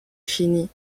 fini